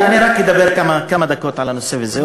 אני רק אדבר כמה דקות על הנושא וזהו.